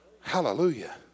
Hallelujah